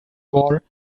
war